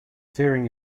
fearing